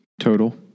Total